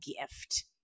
gift